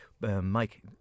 Mike